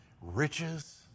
riches